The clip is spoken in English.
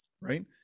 right